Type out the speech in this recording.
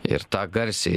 ir tą garsiai